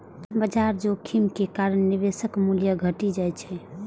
बाजार जोखिम के कारण निवेशक मूल्य घटि जाइ छै